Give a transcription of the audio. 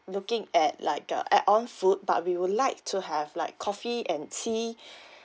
looking at like uh add on food but we would like to have like coffee and tea